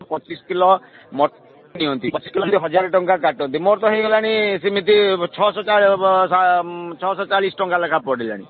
ପଚିଶ କିଲୋ ନିଅନ୍ତି ପଚିଶ କିଲୋରେ ଯଦି ହଜାରେ ଟଙ୍କା କାଟନ୍ତି ମୋର ତ ହେଇଗଲାଣି ସେମିତି ଛଅଶହ ଛଅଶହ ଚାଳିଶ ଟଙ୍କା ଲେଖାଏଁ ପଡ଼ିଲାଣି